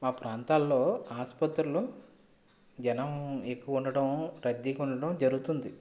మా ప్రాంతలో ఆసుపత్రిలో జనం ఎక్కువ ఉండటం రద్దీగా ఉండటం జరుగుతుంది